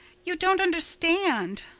you don't understand.